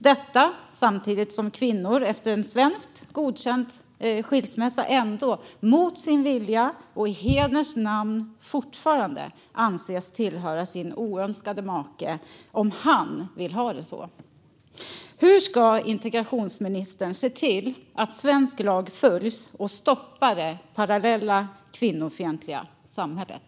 Detta sker samtidigt som kvinnor efter en svenskt godkänd skilsmässa ändå mot sin vilja och i hederns namn fortfarande anses tillhöra sin oönskade make - om han vill ha det så. Hur ska integrationsministern se till att svensk lag följs och stoppa det parallella kvinnofientliga samhället?